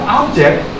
object